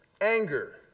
anger